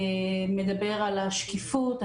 מדבר על השקיפות.